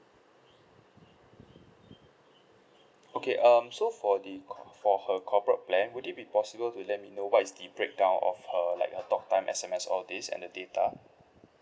okay um so for the co~ for her corporate plan would it be possible to let me know what is the breakdown of her like uh talk time S_M_S all this and the data